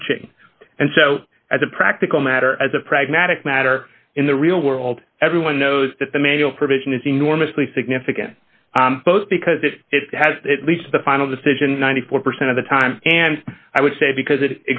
reaching and so as a practical matter as a pragmatic matter in the real world everyone knows that the manual provision is enormously significant both because if it has lead to the final decision ninety four percent of the time and i would say because it